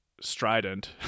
strident